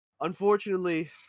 Unfortunately